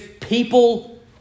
people